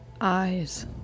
Eyes